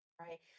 right